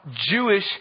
Jewish